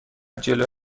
جلوی